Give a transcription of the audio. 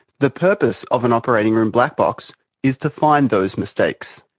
the purpose of an operating room black box is to find those mistakes.